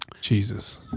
Jesus